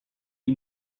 the